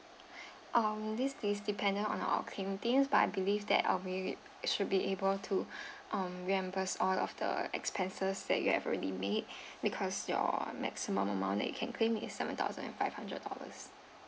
um this is dependent on our claim teams but I believe that uh we should be able to um reimburse all of the expenses that you have already made because your maximum amount that you can claim is seven thousand and five hundred dollars